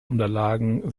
unterlagen